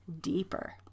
deeper